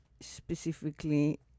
specifically